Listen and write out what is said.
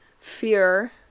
fear